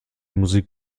musik